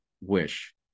wish